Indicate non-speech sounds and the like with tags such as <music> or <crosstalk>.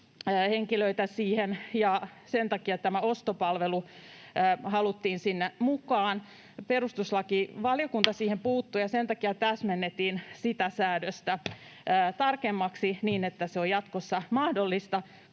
henkilöitä siihen, ja sen takia tämä ostopalvelu haluttiin sinne mukaan. Perustuslakivaliokunta <noise> siihen puuttui, ja sen takia sitä säädöstä täsmennettiin tarkemmaksi niin, että se on jatkossa mahdollista,